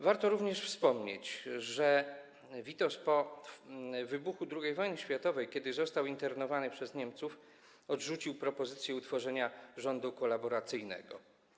Warto również wspomnieć, że Witos po wybuchu II wojny światowej, kiedy został internowany przez Niemców, odrzucił propozycję utworzenia rządu kolaboracyjnego.